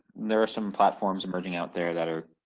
there are some platforms emerging out there that are